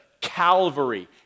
calvary